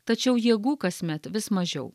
tačiau jėgų kasmet vis mažiau